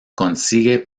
consigue